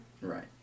Right